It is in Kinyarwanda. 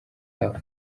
hafi